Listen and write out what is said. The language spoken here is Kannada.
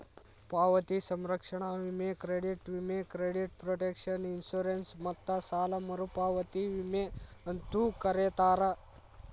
ಪಾವತಿ ಸಂರಕ್ಷಣಾ ವಿಮೆ ಕ್ರೆಡಿಟ್ ವಿಮೆ ಕ್ರೆಡಿಟ್ ಪ್ರೊಟೆಕ್ಷನ್ ಇನ್ಶೂರೆನ್ಸ್ ಮತ್ತ ಸಾಲ ಮರುಪಾವತಿ ವಿಮೆ ಅಂತೂ ಕರೇತಾರ